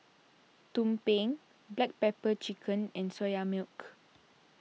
Tumpeng Black Pepper Chicken and Soya Milk